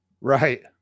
right